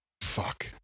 Fuck